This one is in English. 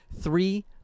three